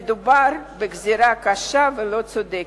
מדובר בגזירה קשה ולא צודקת.